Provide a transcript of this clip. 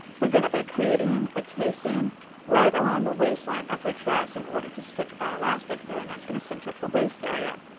we're going to be creating a casing right along the waistline of our dress in order to stick our elastic through and that's going to cinch up the waist area.